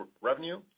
revenue